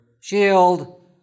shield